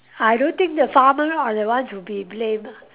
I don't think the farmer are the one to be blamed ah